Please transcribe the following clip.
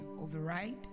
override